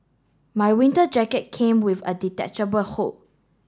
my winter jacket came with a detachable hood